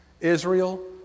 Israel